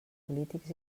polítics